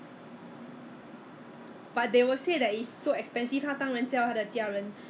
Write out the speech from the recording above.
!huh! 没有飞机 ah 我们 I think our plane still flying there is it actually I have no idea man